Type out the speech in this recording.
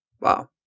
Wow